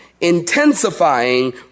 intensifying